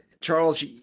Charles